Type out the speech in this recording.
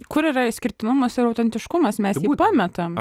kur yra išskirtinumas ir autentiškumas mes jį pametam